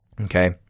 Okay